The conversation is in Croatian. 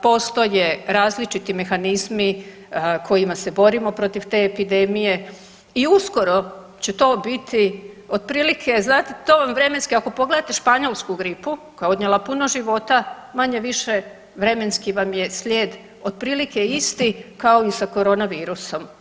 Postoje različiti mehanizmi kojima se borimo protiv te epidemije i uskoro će to biti otprilike, znate to vam vremenski ako pogledate španjolsku gripu koja je odnijela puno života manje-više vremenski vam je slijed otprilike isti kao i sa corona virusom.